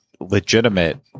legitimate